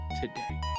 today